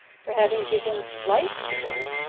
for having given life to one,